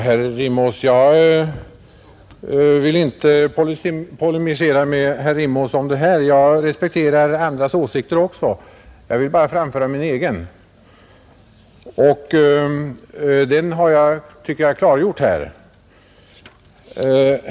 Herr talman! Jag vill inte polemisera med herr Rimås om detta, Jag respekterar andras åsikter också. Jag vill bara framföra min egen, och den tycker jag att jag har klargjort här.